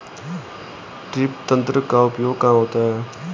Drip तंत्र का उपयोग कहाँ होता है?